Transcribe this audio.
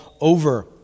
over